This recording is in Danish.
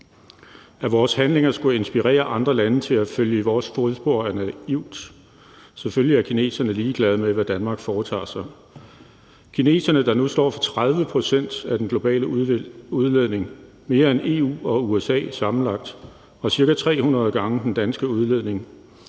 At vores handlinger skulle inspirere andre lande til at følge i vores fodspor er naivt. Selvfølgelig er kineserne ligeglade med, hvad Danmark foretager sig. Kineserne, der nu står for 30 pct. af den globale udledning, mere end EU og USA sammenlagt og ca. 300 gange den danske udledning,